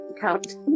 count